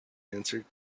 answered